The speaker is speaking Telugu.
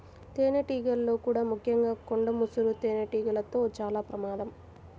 తేనెటీగల్లో కూడా ముఖ్యంగా కొండ ముసురు తేనెటీగలతో చాలా ప్రమాదం